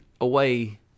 away